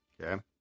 Okay